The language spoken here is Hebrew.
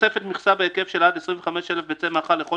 תוספת מכסה בהיקף של עד 25,000 ביצים לכל